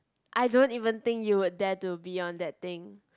I don't even think you would dare to be on that thing